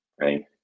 right